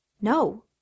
No